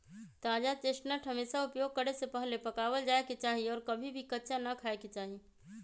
ताजा चेस्टनट हमेशा उपयोग करे से पहले पकावल जाये के चाहि और कभी भी कच्चा ना खाय के चाहि